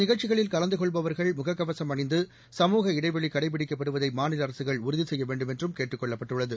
நிகழ்ச்சிகளில் கலந்து கொள்பவர்கள் முகக்கவசம் அணிந்து சமூக இடைவெளி இந்த கடைபிடிக்கப்படுதை மாநில அரசுகள் உறுதி செய்ய வேண்டுமென்றும் கேட்டுக் கொள்ளப்பட்டுள்ளது